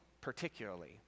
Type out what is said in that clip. particularly